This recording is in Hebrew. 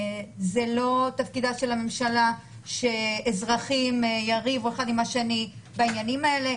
זה לא תפקידה של הממשלה שהאזרחים יריבו אחד עם השני בעניינים האלה.